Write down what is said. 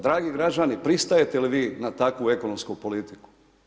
Dragi građani pristajete li vi na takvu ekonomsku politiku?